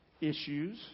issues